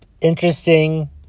interesting